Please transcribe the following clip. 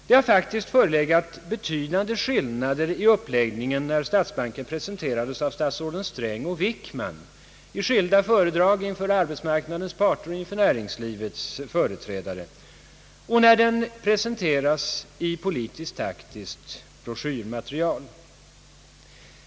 Det har faktiskt förelegat betydande skillnader i uppläggningen när statsbanken presenterats av statsråden Sträng och Wickman i skilda föredrag inför arbetsmarknadens par ter och inför näringslivets företrädare och när den presenterats i politisktaktiskt broschyrmaterial.